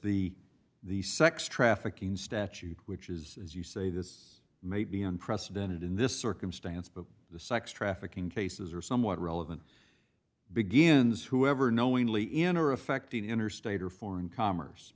the the sex trafficking statute which is as you say that's maybe unprecedented in this circumstance but the sex trafficking cases are somewhat relevant begins whoever knowingly in or affecting interstate or foreign commerce